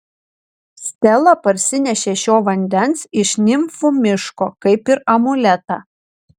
stela parsinešė šio vandens iš nimfų miško kaip ir amuletą